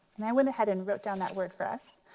and i went ahead and wrote down that word for us.